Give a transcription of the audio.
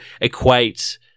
equate